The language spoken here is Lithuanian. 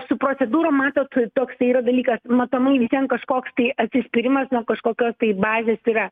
su procedūrom matot toks yra dalykas matomai vis vien kažkoks tai atsispyrimas nuo kažkokios tai bazės yra